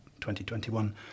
2021